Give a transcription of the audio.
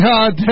God